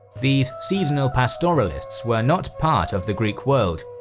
these seasonal pastoralists were not part of the greek world,